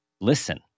listen